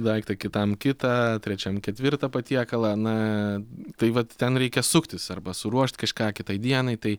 daiktą kitam kitą trečiam ketvirtą patiekalą na tai vat ten reikia suktis arba suruošt kažką kitai dienai tai